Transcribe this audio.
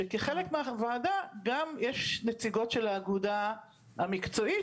שכחלק מהוועדה גם יש נציגות של האגודה המקצועית,